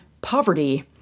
poverty